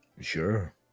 Sure